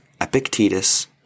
Epictetus